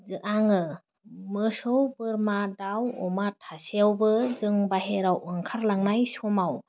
जो आङो मोसौ बोरमा दाव अमा थासेयावबो जों बाइहेराव ओंखारलांनाय समाव